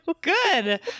Good